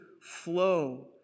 flow